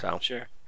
Sure